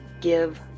give